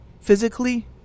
physically